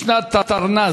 בתרגום משנת תרנ"ז,